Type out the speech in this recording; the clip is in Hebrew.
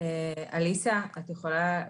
עליסה, את יכולה?